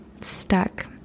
Stuck